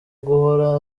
guhora